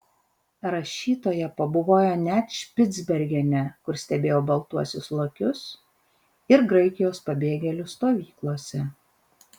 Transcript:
rašytoja pabuvojo net špicbergene kur stebėjo baltuosius lokius ir graikijos pabėgėlių stovyklose